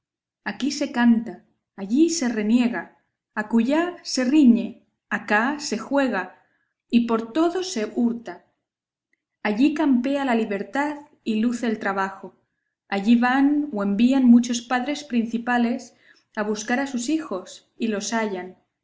aquí se canta allí se reniega acullá se riñe acá se juega y por todo se hurta allí campea la libertad y luce el trabajo allí van o envían muchos padres principales a buscar a sus hijos y los hallan